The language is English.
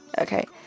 okay